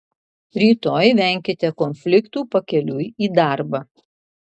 rytoj venkite konfliktų pakeliui į darbą